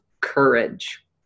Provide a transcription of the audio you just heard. courage